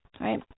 right